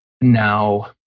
now